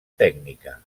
tècnica